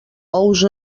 ous